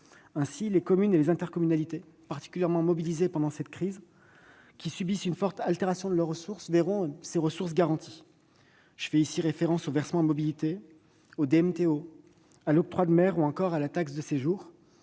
Ainsi, les communes et les intercommunalités, particulièrement mobilisées pendant cette crise, qui subissent une forte altération de leurs ressources, verront ces ressources garanties. Je fais ici référence au versement mobilité, aux droits de mutation à titre onéreux